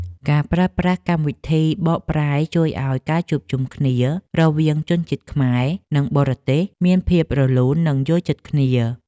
ការប្រើប្រាស់កម្មវិធីបកប្រែជួយឱ្យការជួបជុំគ្នារវាងជនជាតិខ្មែរ និងបរទេសមានភាពរលូននិងយល់ចិត្តគ្នា។